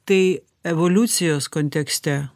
tai evoliucijos kontekste